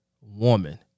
woman